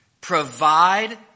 provide